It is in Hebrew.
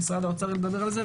ומשרד האוצר ידבר על זה,